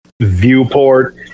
viewport